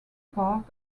part